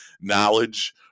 knowledge